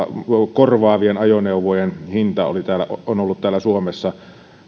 korvaavien ajoneuvojen hinta on ollut suomessa